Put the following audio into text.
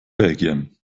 belgien